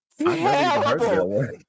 terrible